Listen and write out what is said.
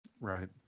Right